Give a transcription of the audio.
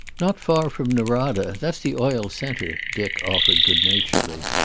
not far from norada. that's the oil center, dick offered, good-naturedly.